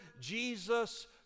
Jesus